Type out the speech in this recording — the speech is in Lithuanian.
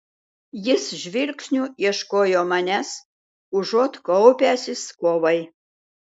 jis žvilgsniu ieškojo manęs užuot kaupęsis kovai